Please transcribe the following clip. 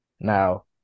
Now